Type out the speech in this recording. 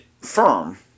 firm